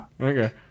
okay